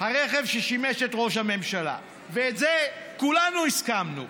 הרכב ששימש את ראש הממשלה, ועל זה כולנו הסכמנו.